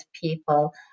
people